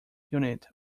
unit